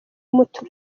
umuti